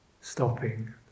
stopping